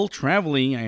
traveling